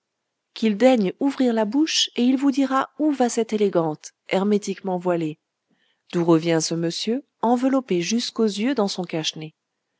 qu'il daigne ouvrir la bouche et il vous dira où va cette élégante hermétiquement voilée d'où revient ce monsieur enveloppé jusqu'aux yeux dans son